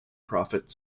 profit